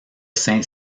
saint